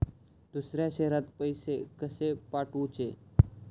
दुसऱ्या शहरात पैसे कसे पाठवूचे?